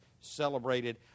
celebrated